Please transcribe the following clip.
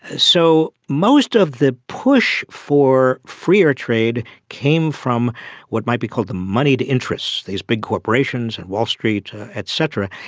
ah so most of the push for freer trade came from what might be called the moneyed interests, these big corporations, and wall street et cetera.